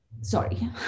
sorry